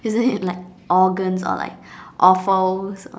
isn't it like organs or like offals